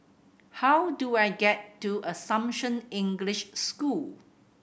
how do I get to Assumption English School